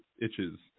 itches